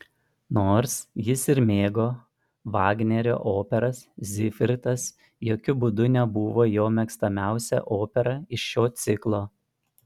nors jis ir mėgo vagnerio operas zigfridas jokiu būdu nebuvo jo mėgstamiausia opera iš šio ciklo